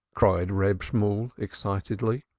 cried reb shemuel excitedly.